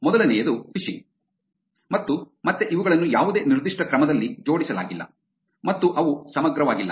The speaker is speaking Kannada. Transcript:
ಮೊದಲನೆಯದು ಫಿಶಿಂಗ್ ಮತ್ತು ಮತ್ತೆ ಇವುಗಳನ್ನು ಯಾವುದೇ ನಿರ್ದಿಷ್ಟ ಕ್ರಮದಲ್ಲಿ ಜೋಡಿಸಲಾಗಿಲ್ಲ ಮತ್ತು ಅವು ಸಮಗ್ರವಾಗಿಲ್ಲ